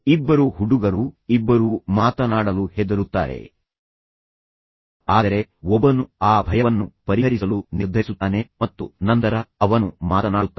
ಇಬ್ಬರು ಹುಡುಗರು ಇಬ್ಬರೂ ಮಾತನಾಡಲು ಹೆದರುತ್ತಾರೆ ಆದರೆ ಒಬ್ಬನು ಆ ಭಯವನ್ನು ಪರಿಹರಿಸಲು ನಿರ್ಧರಿಸುತ್ತಾನೆ ಮತ್ತು ನಂತರ ಅವನು ಮಾತನಾಡುತ್ತಾನೆ